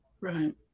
right